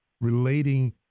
relating